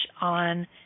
on